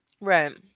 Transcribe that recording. right